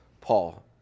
Paul